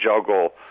juggle